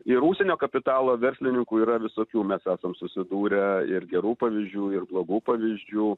ir užsienio kapitalo verslininkų yra visokių mes esam susidūrę ir gerų pavyzdžių ir blogų pavyzdžių